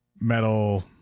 metal